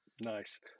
Nice